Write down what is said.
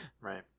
right